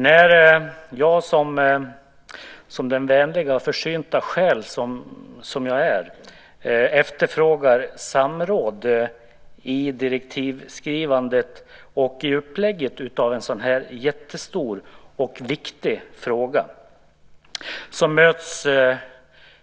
När jag, som den vänliga och försynta själ jag är, efterfrågar samråd i direktivskrivandet och i upplägget av en sådan stor och viktig fråga möts